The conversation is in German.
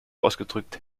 ausgedrückt